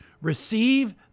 receive